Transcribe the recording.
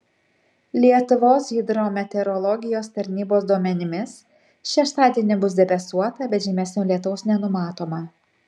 lietuvos hidrometeorologijos tarnybos duomenimis šeštadienį bus debesuota bet žymesnio lietaus nenumatoma